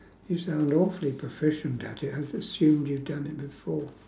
you sound awfully profession about it I've assumed you done it before